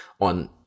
on